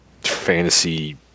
fantasy